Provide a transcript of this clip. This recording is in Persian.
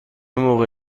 موقع